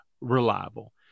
reliable